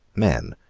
men.